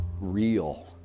real